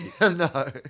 No